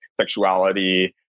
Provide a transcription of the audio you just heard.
sexuality